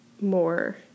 More